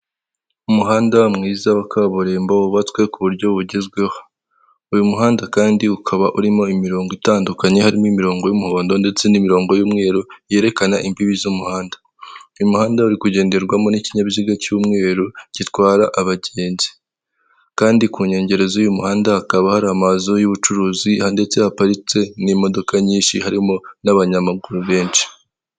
Umuhanda mwiza wa kaburimbo wubatswe ku buryo bugezweho uyu muhanda kandi ukaba urimo imirongo itandukanye harimo imirongo y'umuhondo ndetse n'imirongo y'umweru yerekana imbibi z'umuhanda, uyu muhanda uri kugenderwamo n'ikinyabiziga cy'umweru gitwara abagenzi kandi ku nkengero z'uyu muhanda hakaba hari amazu y'ubucuruzi ndetse haparitse n'imodoka nyinshi harimo n'abanyamaguru benshi.